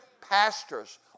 pastors